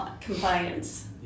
compliance